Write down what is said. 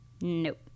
Nope